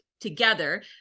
together